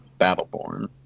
Battleborn